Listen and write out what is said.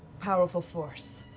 powerful force.